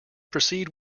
proceed